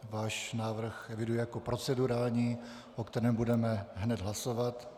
Váš návrh eviduji jako procedurální, o kterém budeme hned hlasovat.